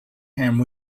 and